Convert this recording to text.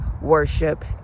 worship